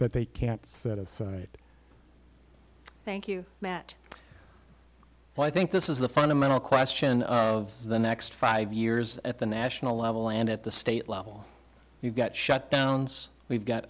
that they can't set aside thank you matt so i think this is the fundamental question of the next five years at the national level and at the state level we've got shutdowns we've got